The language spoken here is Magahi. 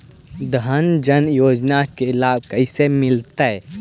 जन धान योजना के लाभ कैसे मिलतै?